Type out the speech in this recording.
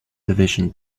division